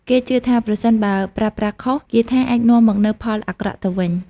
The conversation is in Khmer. គេជឿថាប្រសិនបើប្រើប្រាស់ខុស គាថាអាចនាំមកនូវផលអាក្រក់ទៅវិញ។